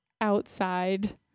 outside